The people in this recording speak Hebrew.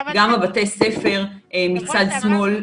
גם בתי הספר מצד שמאל.